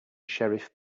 sheriff